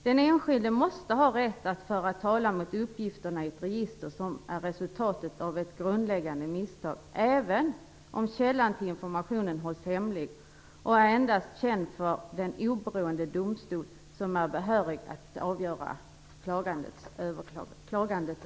Den enskilde måste ha rätt att föra talan mot uppgifterna i ett register som är resultatet av ett grundläggande misstag även om källan till informationen hålls hemlig och endast är känd för den oberoende domstol som är behörig att avgöra överklagandet.